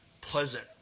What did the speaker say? pleasant